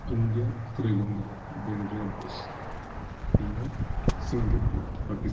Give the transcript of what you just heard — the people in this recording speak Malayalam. ഇന്ത്യ ശ്രീലങ്ക ബംഗ്ലാദേശ് പിന്നെ സിംഗപ്പൂർ പാകിസ്ഥാൻ